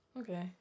okay